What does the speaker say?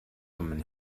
woman